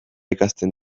ikasten